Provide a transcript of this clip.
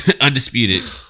Undisputed